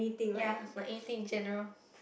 ya like anything in general